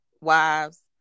wives